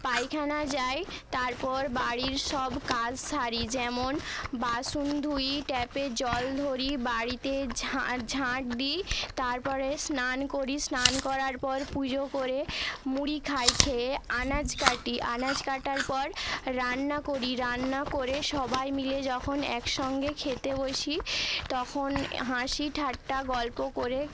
পায়খানা যায় তারপর বাড়ির সব কাস সারি যেমন বাসন ধুই ট্যাপে জল ধরি বাড়িতে ঝাঁ ঝাঁট দিই তারপরে স্নান করি স্নান করার পর পুজো করে মুড়ি খাই খেয়ে আনাজ কাটি আনাজ কাটার পর রান্না করি রান্না করে সবাই মিলে যখন একসঙ্গে খেতে বসি তখন হাসি ঠাট্টা গল্প করে